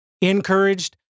encouraged